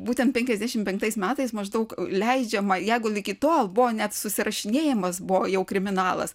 būtent penkiasdešimt penktais metais maždaug leidžiama jeigu iki tol buvo net susirašinėjimas buvo jau kriminalas